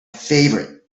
favorite